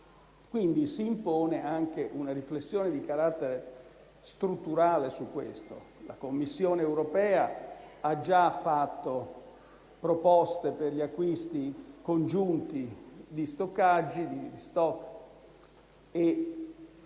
impone dunque anche una riflessione di carattere strutturale su questo. La Commissione europea ha già fatto proposte per gli acquisti congiunti di stoccaggi, ma vi